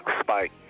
Spike